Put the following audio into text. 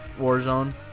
Warzone